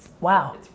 Wow